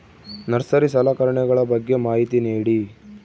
Nursery ಸಲಕರಣೆಗಳ ಬಗ್ಗೆ ಮಾಹಿತಿ ನೇಡಿ?